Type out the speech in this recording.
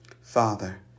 Father